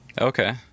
Okay